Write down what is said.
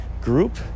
group